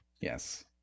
Yes